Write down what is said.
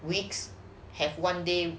weeks have one day